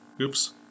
Oops